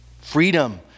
Freedom